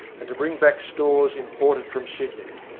and to bring back stores imported from sydney.